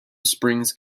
springs